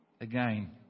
Again